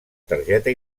targeta